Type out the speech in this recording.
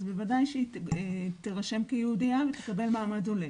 אז בוודאי שהיא תירשם כיהודייה ותקבל מעמד הולם.